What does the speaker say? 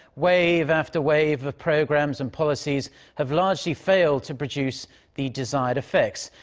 wave after wave of programs and policies have largely failed to produce the desired effects.